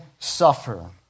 Suffer